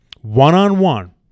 one-on-one